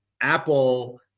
Apple